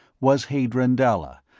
was hadron dalla,